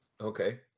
Okay